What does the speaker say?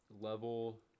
level